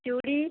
ଚୁଡ଼ି